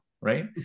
right